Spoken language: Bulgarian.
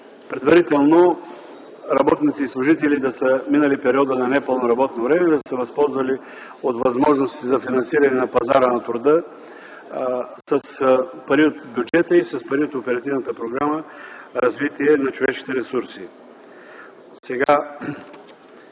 предварително работници и служители да са минали периода на непълно работно време, да са се възползвали от възможностите за финансиране на пазара на труда с пари от бюджета, и с пари от Оперативната програма „Развитие на човешките ресурси”.